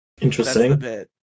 interesting